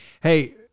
Hey